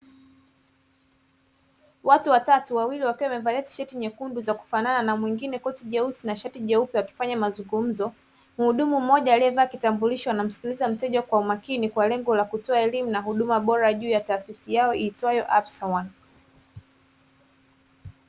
Watu watatu, wawili wakiwa wamevalia tisheti nyekundu za kufanana na mwingine koti jeusi na shati jeupe, wakifanya mazungumzo. Mhudumu mmoja aliyevaa kitambulisha anamsikiliza mteja kwa umakini, kwa lengo la kutoa elimu na huduma bora juu ya taasisi yao iitwayo "absa one".